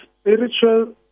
spiritual